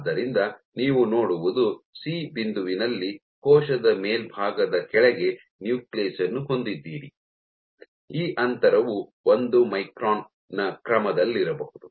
ಆದ್ದರಿಂದ ನೀವು ನೋಡುವುದು ಸಿ ಬಿಂದುವಿನಲ್ಲಿ ಕೋಶದ ಮೇಲ್ಭಾಗದ ಕೆಳಗೆ ನ್ಯೂಕ್ಲಿಯಸ್ ಅನ್ನು ಹೊಂದಿದ್ದೀರಿ ಈ ಅಂತರವು ಒಂದು ಮೈಕ್ರಾನ್ ನ ಕ್ರಮದಲ್ಲಿರಬಹುದು